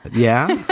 yeah.